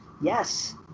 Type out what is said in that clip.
Yes